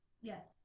Yes